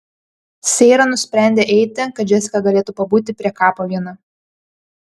seira nusprendė eiti kad džesika galėtų pabūti prie kapo viena